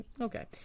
okay